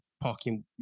parking